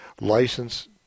license